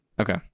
Okay